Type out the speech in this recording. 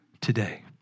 today